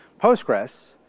Postgres